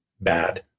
bad